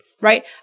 right